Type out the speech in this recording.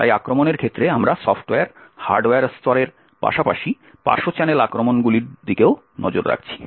তাই আক্রমণের ক্ষেত্রে আমরা সফ্টওয়্যার হার্ডওয়্যার স্তরের পাশাপাশি পার্শ্ব চ্যানেল আক্রমণগুলির দিকেও নজর রাখছি